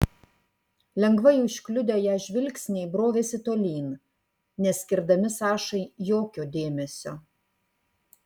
lengvai užkliudę ją žvilgsniai brovėsi tolyn neskirdami sašai jokio dėmesio